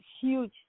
huge